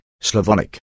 Slavonic